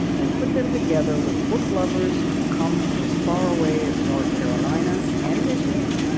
and put them together with book lovers who come from as far away as north carolina, and michigan,